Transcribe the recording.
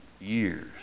years